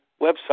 website